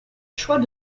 choix